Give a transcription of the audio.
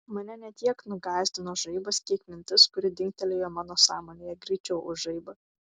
mane ne tiek nugąsdino žaibas kiek mintis kuri dingtelėjo mano sąmonėje greičiau už žaibą